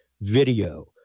video